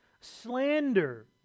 slander